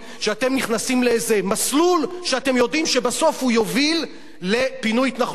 שאתם נכנסים לאיזה מסלול שאתם יודעים שבסוף הוא יוביל לפינוי התנחלויות,